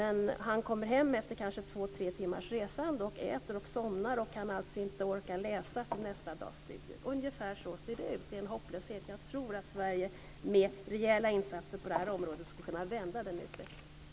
Han kommer hem efter kanske två tre timmars resa och orkar bara äta och sova, inte läsa inför nästa dags studier. Ungefär så här ser det ut. Det är en hopplöshet som råder. Jag tror att Sverige med rejäla insatser i det här området skulle kunna vända utvecklingen.